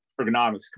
ergonomics